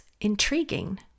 intriguing